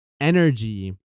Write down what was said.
energy